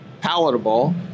palatable